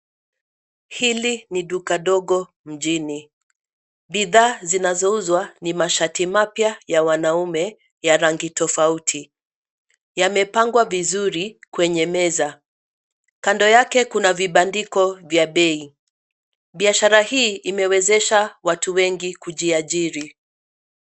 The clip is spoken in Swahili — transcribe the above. Hili ni duka dogo mjini, bidhaa zinazouzwa ni mashati mapya ya wanaume, ya rangi tofauti, yamepangwa vizuri kwenye meza, kando yake kuna vibandiko vya bei, biashara hii imewezesha watu wengi kujiajiri.